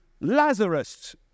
Lazarus